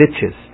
ditches